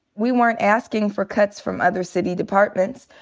we weren't asking for cuts from other city departments.